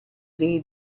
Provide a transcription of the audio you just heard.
dei